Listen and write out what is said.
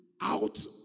out